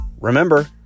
Remember